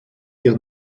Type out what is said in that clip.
ihr